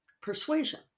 persuasion